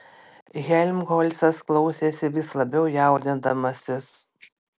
helmholcas klausėsi vis labiau jaudindamasis